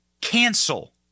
cancel